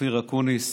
אופיר אקוניס